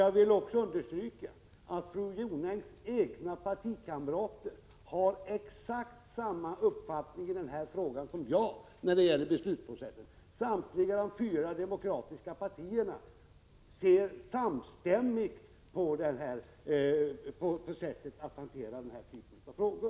Jag vill också understryka att fru Jonängs egna partikamrater har exakt samma uppfattning i denna fråga som jag beträffande beslutsprocessen. Samtliga fyra demokratiska partier ser samstämmigt på sättet att hantera den här typen av frågor.